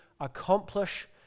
accomplish